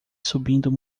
subindo